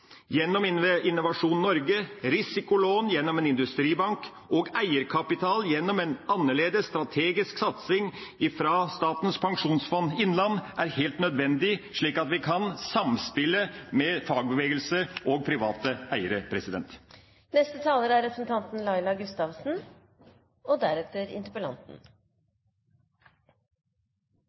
gjennom Innovasjon Norge, risikolån gjennom en industribank og eierkapital gjennom en annerledes strategisk satsing fra Statens pensjonsfond innland er helt nødvendig, slik at vi kan samspille med fagbevegelse og private eiere.